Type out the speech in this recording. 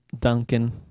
Duncan